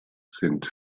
sind